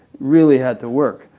really had to work.